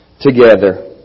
together